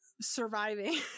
surviving